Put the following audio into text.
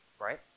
right